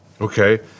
Okay